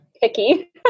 picky